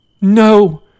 No